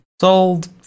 sold